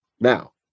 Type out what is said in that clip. now